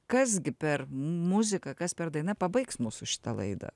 kas gi per muzika kas per daina pabaigs mūsų šitą laidą